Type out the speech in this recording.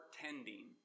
tending